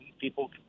people